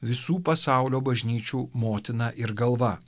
visų pasaulio bažnyčių motina ir galva